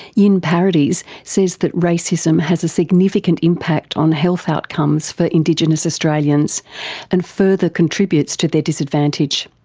yin paradies says that racism has a significant impact on health outcomes for indigenous australians and further contributes to their disadvantage.